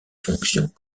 fonctions